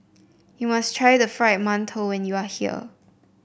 you must try the Fried Mantou when you are here